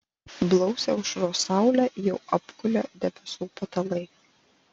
blausią aušros saulę jau apgulė debesų patalai